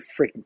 freaking